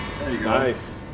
Nice